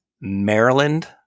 maryland